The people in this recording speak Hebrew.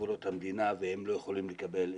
לגבולות המדינה והם לא יכולים לקבל אזרחות,